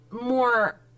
more